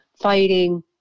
fighting